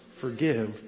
Forgive